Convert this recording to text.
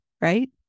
right